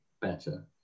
better